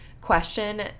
question